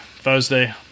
Thursday